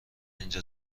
اینجا